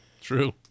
true